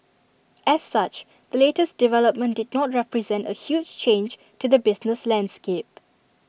as such the latest development did not represent A huge change to the business landscape